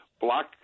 block